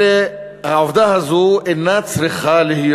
העובדה הזו אינה צריכה להיות